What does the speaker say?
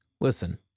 Listen